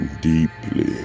deeply